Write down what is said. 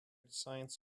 science